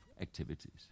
activities